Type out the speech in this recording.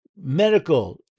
medical